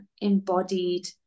embodied